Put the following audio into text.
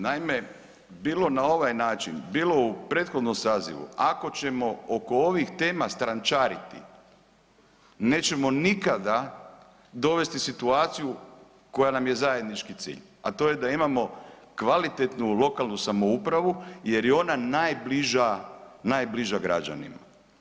Naime, bilo na ovaj način, bilo u prethodnom sazivu ako ćemo oko ovih tema strančariti nećemo nikada dovesti situaciju koja nam je zajednički cilj, a to je da imamo kvalitetnu lokalnu samoupravu jer je ona najbliža građanima.